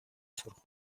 сурах